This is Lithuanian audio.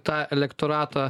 tą elektoratą